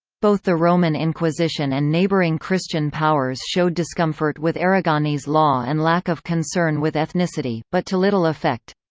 both the roman inquisition and neighbouring christian powers showed discomfort with aragonese law and lack of concern with ethnicity, but to little effect.